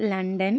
London